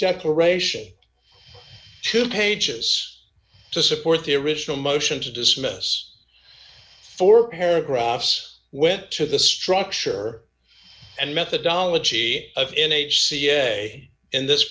declaration two pages to support the original motion to dismiss for paragraphs went to the structure and methodology of n h ca in this